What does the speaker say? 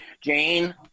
Jane